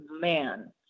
man